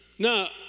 Now